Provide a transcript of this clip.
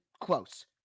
close